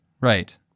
Right